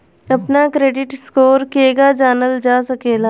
अपना credit score केगा जानल जा सकेला?